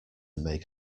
make